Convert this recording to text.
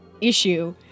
issue